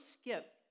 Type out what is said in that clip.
skip